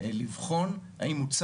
זה 2ב2, אדוני.